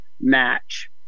match